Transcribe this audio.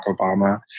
Obama